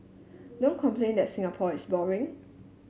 don't complain that Singapore is boring